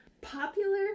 popular